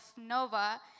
Nova